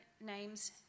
names